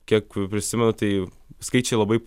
kiek prisimenu tai skaičiai labai